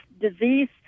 disease